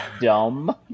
dumb